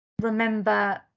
remember